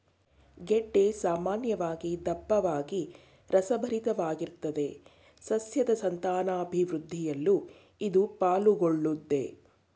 ಗೆಡ್ಡೆ ಸಾಮಾನ್ಯವಾಗಿ ದಪ್ಪವಾಗಿ ರಸಭರಿತವಾಗಿರ್ತದೆ ಸಸ್ಯದ್ ಸಂತಾನಾಭಿವೃದ್ಧಿಯಲ್ಲೂ ಇದು ಪಾಲುಗೊಳ್ಳುತ್ದೆ